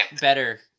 better